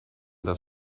das